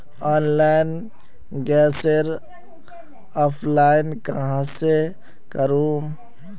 Online गैसेर apply कहाँ से करूम?